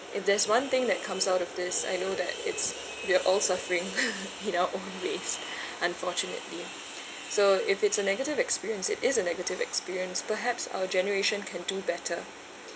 if there's one thing that comes out of this I know that it's we're all suffering you know always unfortunately so if it's a negative experience it is a negative experience perhaps our generation can do better